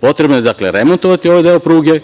Potrebno je remontovati ovaj deo pruge,